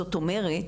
זאת אומרת,